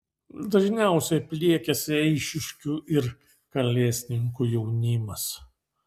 dažniausiai pliekiasi eišiškių ir kalesninkų jaunimas